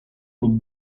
lub